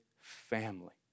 family